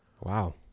Wow